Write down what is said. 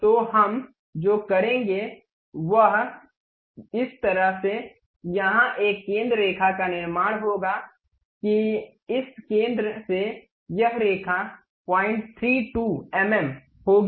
तो हम जो करेंगे वह इस तरह से यहां एक केंद्र रेखा का निर्माण होगा कि इस केंद्र से यह रेखा 032 एम एम होगी